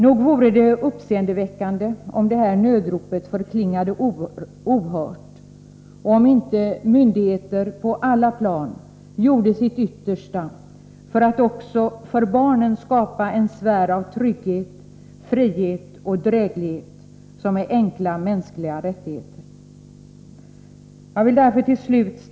Nog vore det uppseendeväckande, om det här nödropet förklingade ohört och om inte myndigheter på alla plan gjorde sitt yttersta för att också för barnen skapa en sfär av trygghet, frihet och dräglighet, som är enkla mänskliga rättigheter.